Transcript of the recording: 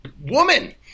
woman